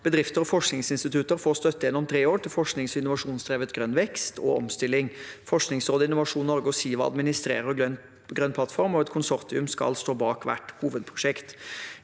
bedrifter og forskningsinstitutter få støtte gjennom tre år til forsknings- og innovasjondrevet grønn vekst og omstilling. Forskningsrådet, Innovasjon Norge og SIVA administrerer Grønn plattform, og et konsortium skal stå bak hvert hovedprosjekt.